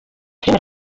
filimi